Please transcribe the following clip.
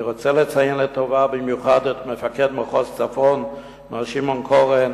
ואני רוצה לציין לטובה במיוחד את מפקד מחוז הצפון מר שמעון קורן,